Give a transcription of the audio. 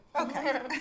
Okay